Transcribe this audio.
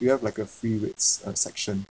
you have like a free weighs uh section